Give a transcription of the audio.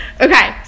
okay